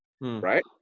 Right